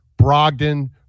Brogdon